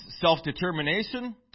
self-determination